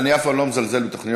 אני אף פעם לא מזלזל בתוכניות,